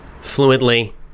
fluently